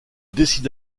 décide